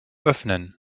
öffnen